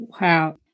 Wow